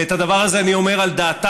ואת הדבר הזה אני אומר על דעתם,